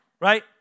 Right